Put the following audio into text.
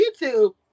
YouTube